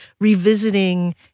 revisiting